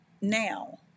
now